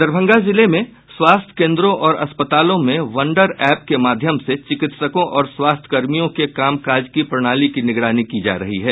दरभंगा जिले में स्वास्थ्य कोन्द्रों और अस्पतालों में वंडर एप के माध्यम से चिकित्सकों और स्वास्थ्य कर्मियों के कामकाज की प्रणाली की निगरानी की जा रही है